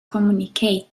communicate